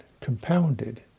compounded